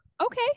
okay